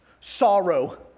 sorrow